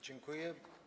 Dziękuję.